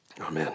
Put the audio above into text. amen